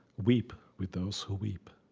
weep with those who weep.